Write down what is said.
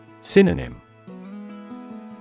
Synonym